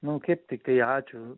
nu kaip tiktai ačiū